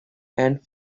and